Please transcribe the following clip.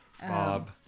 Bob